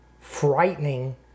frightening